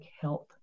health